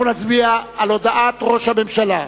אנחנו נצביע על הודעת ראש הממשלה.